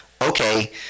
okay